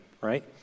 right